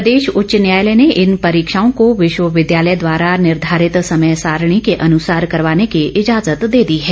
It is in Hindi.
प्रदेश उच्च न्यायालय ने इन परीक्षाओं को विश्वविद्यालय द्वारा निर्धारित समय सारणी के अनुसार करवाने की इजाज़त दे दी है